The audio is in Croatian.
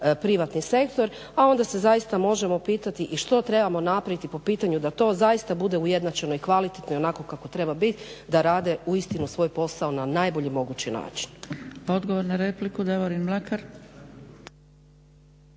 privatni sektor, a onda se zaista možemo pitati i što trebamo napraviti po pitanju da to zaista bude ujednačeno i kvalitetno i onako kako treba biti da rade uistinu svoj posao na najbolji mogući način.